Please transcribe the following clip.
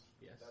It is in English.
Yes